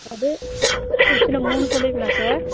அது எத்தனை மூணு சொல்லிருக்கேனா சார்